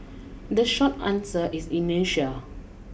the short answer is inertia